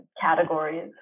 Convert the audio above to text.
categories